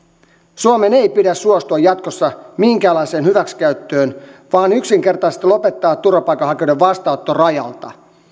suomen ei pidä suostua jatkossa minkäänlaiseen hyväksikäyttöön vaan yksinkertaisesti lopettaa turvapaikanhakijoiden vastaanotto rajalta